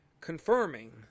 confirming